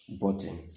button